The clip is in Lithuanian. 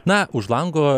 na už lango